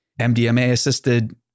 MDMA-assisted